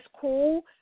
cool